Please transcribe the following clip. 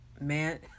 Man